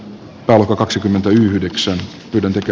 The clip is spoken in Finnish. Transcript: pelko kaksikymmentäyhdeksän yhden täky